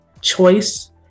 choice